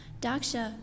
Daksha